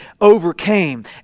overcame